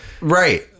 right